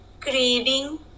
craving